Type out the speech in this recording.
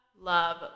love